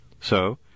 So